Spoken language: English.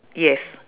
yes